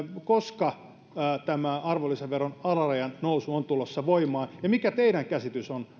koska tämä arvonlisäveron alarajan nousu on tulossa voimaan ja mikä teidän käsityksenne on